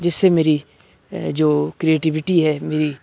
جس سے میری جو کریٹیوٹی ہے میری